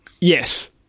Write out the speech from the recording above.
Yes